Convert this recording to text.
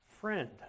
friend